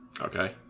Okay